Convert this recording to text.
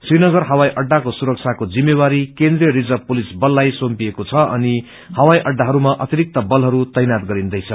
श्री नगर हवाई अड्डाको सुरक्षाको जिम्मेवारी केन्द्रिय रिज्ञव पुलिस बललाई सुम्पिएको छ अनि हवाई अड्डाहरूमा अतिरिक्त बलहरू तैनात गरिन्दैछ